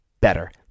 better